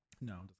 No